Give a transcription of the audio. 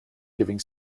giving